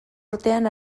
urtean